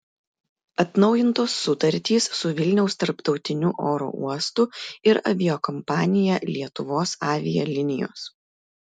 atnaujintos sutartys su vilniaus tarptautiniu oro uostu ir aviakompanija lietuvos avialinijos